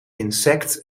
insect